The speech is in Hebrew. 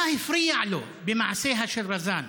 מה הפריע לו במעשיה של רזאן?